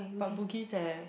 but Bugis eh